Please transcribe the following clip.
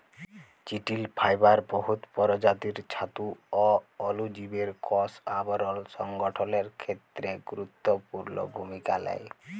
চিটিল ফাইবার বহুত পরজাতির ছাতু অ অলুজীবের কষ আবরল সংগঠলের খ্যেত্রে গুরুত্তপুর্ল ভূমিকা লেই